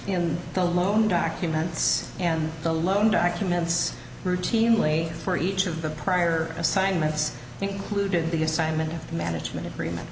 in the loan documents and the loan documents routinely for each of the prior assignments included the assignment of the management agreement